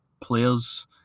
Players